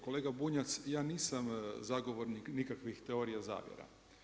Kolega Bunjac, ja nisam zagovornik nikakvih teorija zavjera.